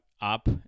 up